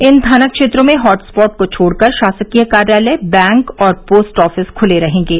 इन थाना क्षेत्रों में हॉटसॉट को छोड़कर शासकीय कार्यालय बैंक और पोस्ट ऑफिस खुले रहेंगे